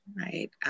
right